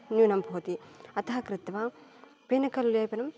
न्यूनं भवति अतः कृत्वा फेनकलेपनं